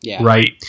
right